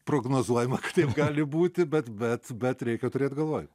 prognozuojama kad taip gali būti bet bet bet reikia turėt galvoj